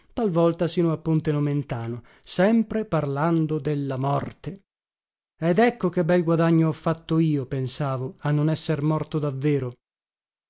talvolta sino a ponte nomentano sempre parlando della morte ed ecco che bel guadagno ho fatto io pensavo a non esser morto davvero